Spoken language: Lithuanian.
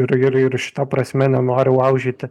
ir ir ir šita prasme nenori laužyti